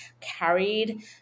carried